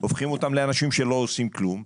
לאנשים שלא עושים כלום,